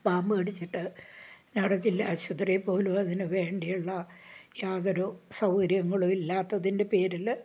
പാമ്പ് കടിച്ചിട്ട് ഞങ്ങടെ ജില്ലാ ആശുപത്രിയിൽ പോലും അതിനു വേണ്ടിയുള്ള യാതൊരു സൗകര്യങ്ങളും ഇല്ലാത്തതിൻ്റെ പേരിൽ